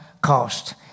cost